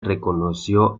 reconoció